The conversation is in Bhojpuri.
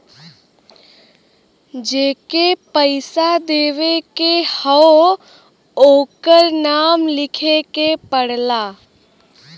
जेके पइसा देवे के हौ ओकर नाम लिखे के पड़ला